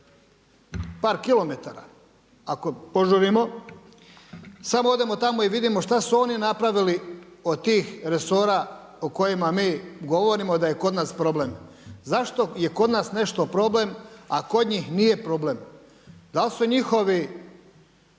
par kilometara ako požurimo, samo odemo tamo i vidimo šta su oni napravili od tih resora o kojima mi govorimo da je kod nas problem. Zašto je kod nas nešto problem, a kod njih nije problem? Dal su njihovi